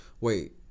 wait